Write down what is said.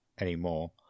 anymore